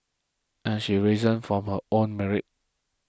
and she's risen from her own merit